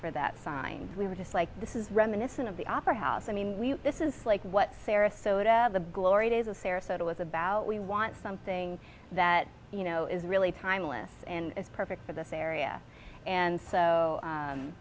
for that fine we were just like this is reminiscent of the opera house i mean this is like what sarasota of the glory days of sarasota was about we want something that you know is really timeless and is perfect for this area and so